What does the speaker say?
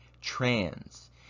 trans